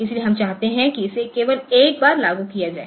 इसलिए हम चाहते हैं कि इसे केवल एक बार लागू किया जाए